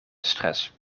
stress